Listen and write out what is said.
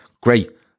great